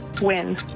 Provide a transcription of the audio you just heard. Win